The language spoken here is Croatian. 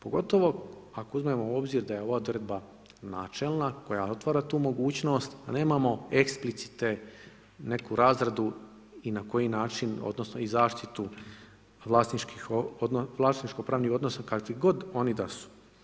Pogotovo ako uzmemo u obzir da je ova odredba načelna, koja otvara tu mogućnost, da nemamo eksplicitne neku razradu i na koji način, odnosno, i zaštitu vlasničkog pravnih odnosa, kakvi god oni da su.